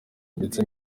ndetse